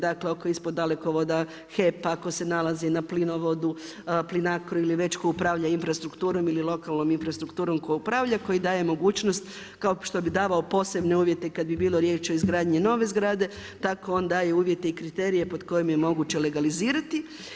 Dakle oko ispod dalekovoda, HEP ako se nalazi na plinovodu, Plinacro ili već tko upravlja infrastrukturom ili lokalnom infrastrukturom tko upravlja koji daje mogućnost kao što bi davao posebne uvjete kada bi bilo riječi o izgradnji nove zgrade, tako on daje uvjete i kriterije pod kojima je moguće legalizirati.